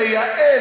לייעל,